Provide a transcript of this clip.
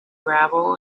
gravel